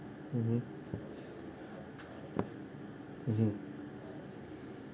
mmhmm mmhmm